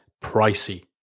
pricey